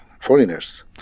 foreigners